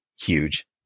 huge